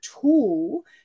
tool